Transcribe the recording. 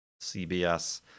CBS